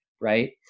right